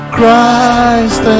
Christ